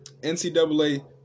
NCAA